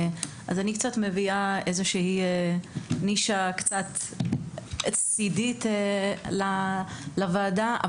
אני מביאה נישה מעט צדדית לוועדה.